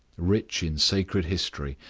rich in sacred history,